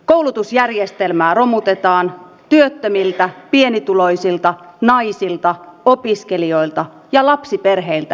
koulutusjärjestelmää romutetaan työttömiltä pienituloisilta naisilta opiskelijoilta ja lapsiperheiltä leikataan